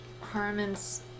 Harmon's